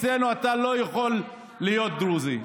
אצלנו אתה לא יכול להיות דרוזי,